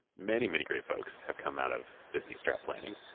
many, many great folks have come out of disneyaeurs strat planning.